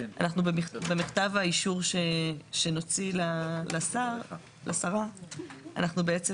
אנחנו במכתב האישור שנוציא לשרה אנחנו בעצם